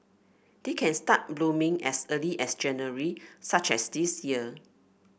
they can start blooming as early as January such as this year